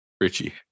Richie